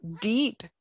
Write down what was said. deep